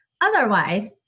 Otherwise